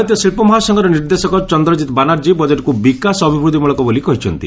ଭାରତୀୟ ଶିଳ୍ପ ମହାସଂଘର ନିର୍ଦ୍ଦେଶକ ଚନ୍ଦ୍ରଜିତ୍ ବାନାର୍ଜୀ ବଜେଟ୍କୁ ବିକାଶ ଅଭିବୃଦ୍ଧି ମୂଳକ ବୋଲି କହିଛନ୍ତି